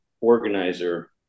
organizer